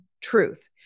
truth